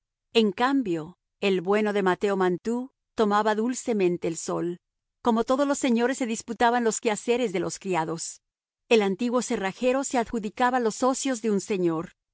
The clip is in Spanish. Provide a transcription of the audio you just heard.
en cambio el bueno de mateo mantoux tomaba dulcemente el sol como todos los señores se disputaban los quehaceres de los criados el antiguo cerrajero se adjudicaba los ocios de un señor